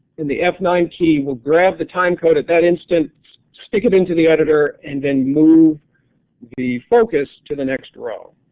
the nine key will grab the time code at that instant, stick it in to the editor and then move the focus to the next row.